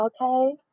Okay